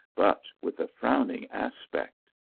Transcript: but with a frowning aspect.